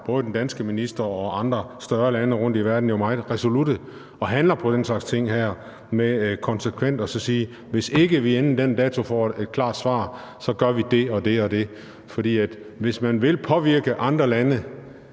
både den danske minister og andre større lande rundtomkring i verden jo meget resolutte og handler på den slags ting her ved konsekvent at sige: Hvis ikke vi inden den dato får et klart svar, gør vi det og det og det. For hvis man vil påvirke andre lande